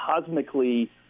cosmically